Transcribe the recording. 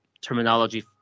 terminology